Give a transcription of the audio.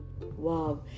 Wow